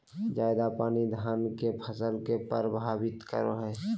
ज्यादा पानी धान के फसल के परभावित करो है?